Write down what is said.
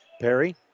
Perry